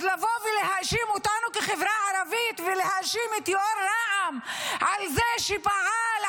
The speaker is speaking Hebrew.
אז לבוא ולהאשים אותנו כחברה ערבית ולהאשים את יו"ר רע"מ על זה שפעל,